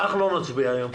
אנחנו לא נצביע היום,